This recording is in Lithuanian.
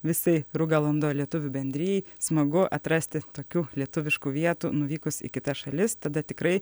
visai rugalando lietuvių bendrijai smagu atrasti tokių lietuviškų vietų nuvykus į kitas šalis tada tikrai